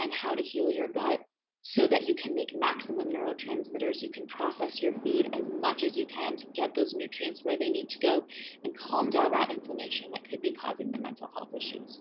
and how to heal your gut so that you can make maximum neurotransmitters. you can process your food as much as you can to get those nutrients where they need to go and calm down that inflammation that could be causing the mental health issues.